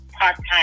part-time